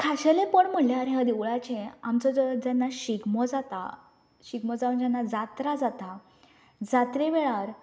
खाशेलेपण म्हणल्यार ह्या देवळाचें आमचो जो जेन्ना शिगमो जाता शिगमो जावन जेन्ना जात्रा जाता जात्रे वेळार